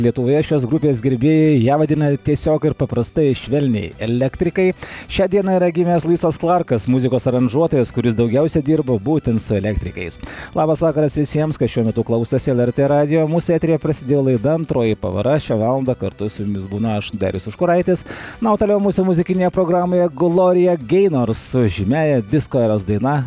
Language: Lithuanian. lietuvoje šios grupės gerbėjai ją vadina tiesiog ir paprastai švelniai elektrikai šią dieną yra gimęs luisas klarkas muzikos aranžuotojas kuris daugiausiai dirbo būtent su elektrikais labas vakaras visiems kas šiuo metu klausosi lrt radijo mūsų eteryje prasidėjo laida antroji pavara šią valandą kartu su jumis būna aš darius užkuraitis na o toliau mūsų muzikinėje programoje glorija gei nors su žymiąja disko eros daina